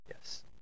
yes